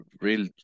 real